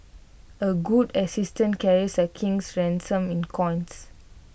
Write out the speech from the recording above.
A good assistant carries A king's ransom in coins